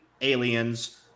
aliens